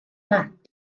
mat